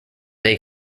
day